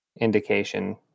indication